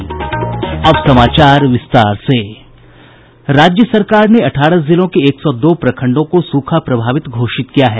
राज्य सरकार ने अठारह जिलों के एक सौ दो प्रखंडों को सूखा प्रभावित घोषित किया है